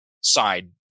side